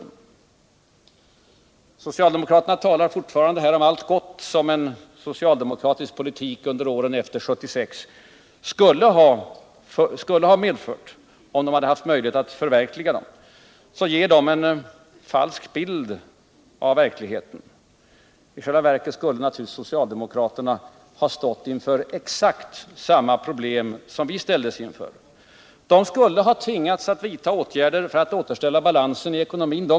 När socialdemokraterna talar om allt gott som en socialdemokratisk politik under åren efter 1976 skulle ha medfört, om de hade haft möjlighet att förverkliga sin politik, ger de en falsk bild av verkligheten. I själva verket skulle naturligtvis socialdemokraterna ha stått inför exakt samma problem som vi ställdes inför. De skulle också ha tvingats att vidta åtgärder för att återställa balansen i ekonomin.